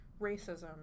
racism